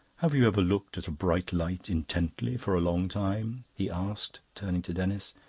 have you ever looked at a bright light intently for a long time? he asked, turning to denis.